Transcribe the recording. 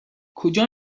کجا